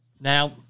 Now